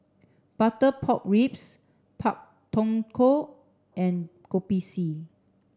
butter pork ribs Pak Thong Ko and Kopi C